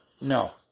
No